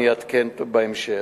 אני אעדכן בהמשך.